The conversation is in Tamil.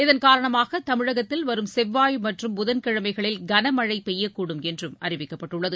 இதன்காரணமாக தமிழகத்தில் வரும் செவ்வாய் மற்றும் புதன்கிழமைகளில் கனமழை பெய்யக்கூடும் என்றும் அறிவிக்கப்பட்டுள்ளது